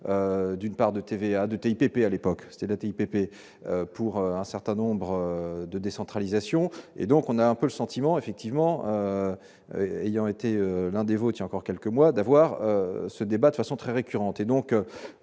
d'une part de TVA de TIPP, à l'époque, c'était la TIPP pour un certain nombre de décentralisation et donc on a un peu le sentiment effectivement, il y en a été l'un des votes encore quelques mois, d'avoir ce débat de façon très récurrente et donc,